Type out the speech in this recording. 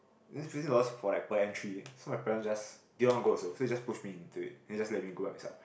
this fifteen dollars for like per entry eh so my parents just didn't want go also so they just push me into it then just let me go by myself